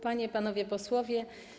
Panie i Panowie Posłowie!